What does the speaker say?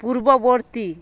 পূর্ববর্তী